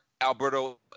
Alberto